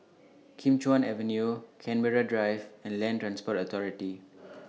Kim Chuan Avenue Canberra Drive and Land Transport Authority